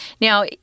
Now